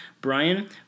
Brian